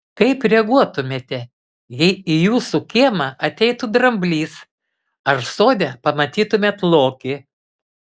kaip reaguotumėte jei į jūsų kiemą ateitų dramblys ar sode pamatytumėte lokį